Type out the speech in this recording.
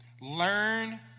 learn